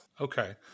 Okay